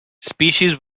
species